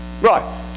Right